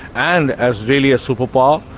and as really a superpower,